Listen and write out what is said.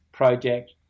Project